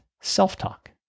self-talk